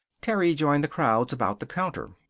terry joined the crowds about the counter.